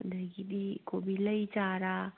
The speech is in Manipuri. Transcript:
ꯑꯗꯒꯤꯗꯤ ꯀꯣꯕꯤ ꯂꯩ ꯆꯥꯔ